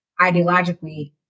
ideologically